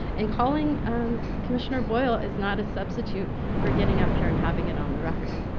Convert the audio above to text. and calling commissioner boyle is not a substitute for getting up here and having it on the record.